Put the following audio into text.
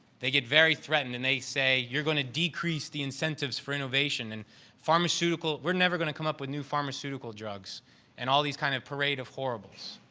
they get very threatened and they say, you're going to decrease the incentives for innovations. and pharmaceutical we're never going to come up with new pharmaceutical drugs and all these kind of parade of horribles.